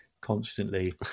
constantly